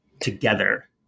Together